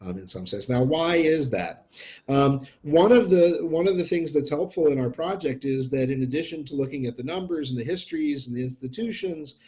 um in some sense now why is that um one of the, one of the things that's helpful in our project is that in addition to looking at the numbers and the histories and the institutions.